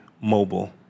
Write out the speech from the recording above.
mobile